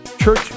church